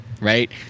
right